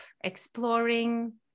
exploring